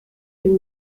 two